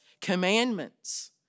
commandments